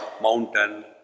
mountain